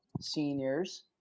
seniors